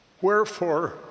Wherefore